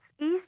East